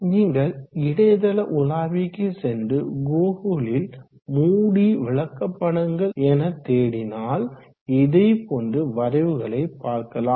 நீங்கள் இணையதள உலாவிக்கு சென்று கூகிளில் மூடி விளக்கப்படங்கள் என தேடினால் இதேபோன்ற வரைவுகளை பார்க்கலாம்